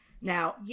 Now